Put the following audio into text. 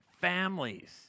families